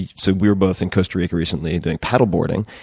so we were both in costa rica, recently, doing paddle boarding.